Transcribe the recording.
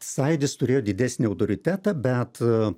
sąjūdis turėjo didesnį autoritetą bet